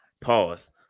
pause